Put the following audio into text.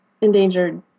endangered